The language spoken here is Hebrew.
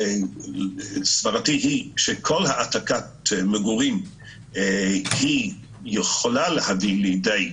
סברתי היא שכל העתקת מגורים היא יכולה להביא לידי